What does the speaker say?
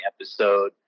episode